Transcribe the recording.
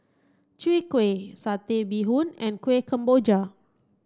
Chwee Kueh Satay Bee Hoon and Kueh Kemboja